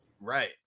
Right